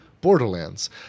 Borderlands